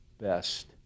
best